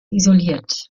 isoliert